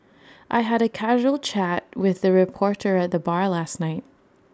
I had A casual chat with A reporter at the bar last night